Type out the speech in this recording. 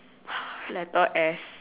letter S